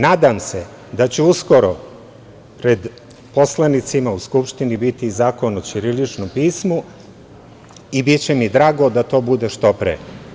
Nadam se da će uskoro pred poslanicima u Skupštini biti zakon o ćiriličnom pismu i biće mi drago da to bude što pre.